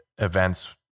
events